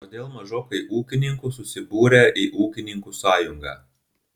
kodėl mažokai ūkininkų susibūrę į ūkininkų sąjungą